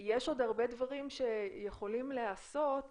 יש עוד הרבה דברים שיכולים להיעשות